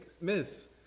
Miss